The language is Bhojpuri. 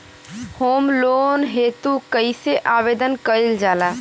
होम लोन हेतु कइसे आवेदन कइल जाला?